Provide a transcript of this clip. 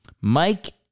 Mike